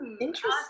Interesting